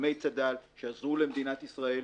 לוחמי צד"ל שעזרו למדינת ישראל,